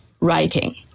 writing